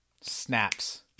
snaps